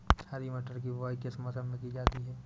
हरी मटर की बुवाई किस मौसम में की जाती है?